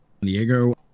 Diego